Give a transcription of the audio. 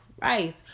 Christ